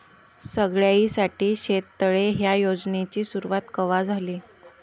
सगळ्याइसाठी शेततळे ह्या योजनेची सुरुवात कवा झाली?